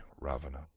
Ravana